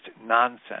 nonsense